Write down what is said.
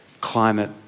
climate